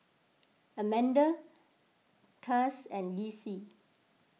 Amanda Cas and Desi